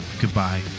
goodbye